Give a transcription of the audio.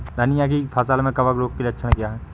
धनिया की फसल में कवक रोग के लक्षण क्या है?